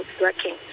working